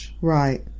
Right